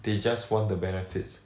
they just want the benefits